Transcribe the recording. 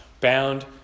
Bound